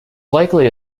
likely